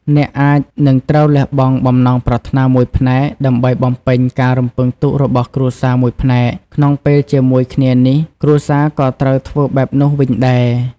អ្នកអាចនឹងត្រូវលះបង់បំណងប្រាថ្នាមួយផ្នែក ដើម្បីបំពេញការរំពឹងទុករបស់គ្រួសារមួយផ្នែក ក្នុងពេលជាមួយគ្នានេះ គ្រួសារក៏ត្រូវធ្វើបែបនោះវិញដែរ។